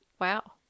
Wow